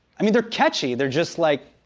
i mean they're catchy, they're just like,